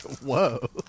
Whoa